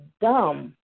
dumb